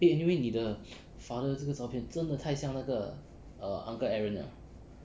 eh anyway 你的 father 这个照片真的太像那个 err uncle aaron 了